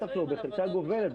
בחלקה גובלת,